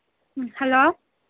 ꯎꯝ hello